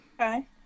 Okay